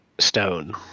Stone